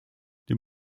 dem